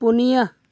ᱯᱩᱱᱤᱭᱟ